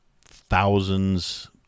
thousands